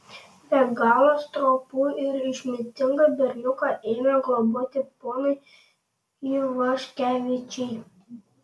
be galo stropų ir išmintingą berniuką ėmė globoti ponai ivaškevičiai